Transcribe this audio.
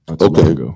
Okay